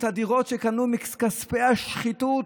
הדירות שקנו מכספי השחיתות,